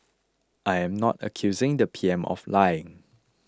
I am not accusing the P M of lying